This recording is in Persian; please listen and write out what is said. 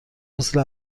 مثل